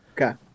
Okay